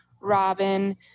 Robin